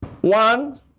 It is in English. one